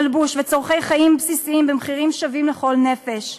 מלבוש וצורכי חיים בסיסיים במחירים שווים לכל נפש,